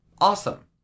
Awesome